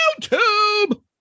YouTube